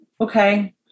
Okay